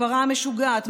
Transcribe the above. הפרה המשוגעת,